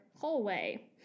hallway